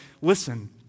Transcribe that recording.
listen